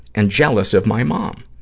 and jealous of my mom.